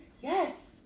Yes